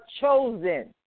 chosen